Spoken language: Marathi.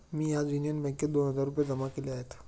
मी आज युनियन बँकेत दोन हजार रुपये जमा केले आहेत